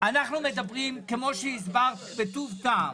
אנחנו מדברים כמו שהסברת בטוב טעם,